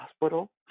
hospital